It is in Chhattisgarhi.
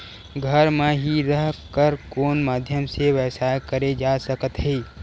घर म हि रह कर कोन माध्यम से व्यवसाय करे जा सकत हे?